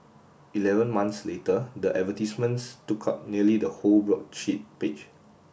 eleven months later the advertisements took up nearly the whole broadsheet page